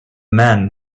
men